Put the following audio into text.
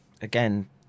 again